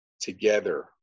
together